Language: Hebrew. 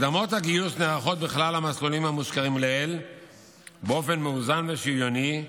הקדמות הגיוס נערכות בכלל המסלולים המוזכרים לעיל באופן מאוזן ושוויוני,